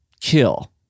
kill